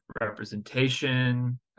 representation